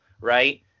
right